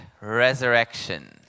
resurrection